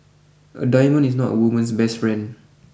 a diamond is not a woman's best friend